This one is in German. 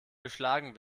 geschlagen